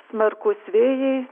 smarkūs vėjai